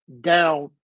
down